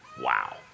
wow